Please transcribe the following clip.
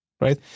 right